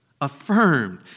affirmed